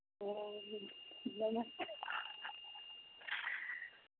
नमस्ते